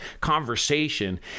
conversation